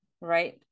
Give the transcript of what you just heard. right